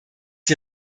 die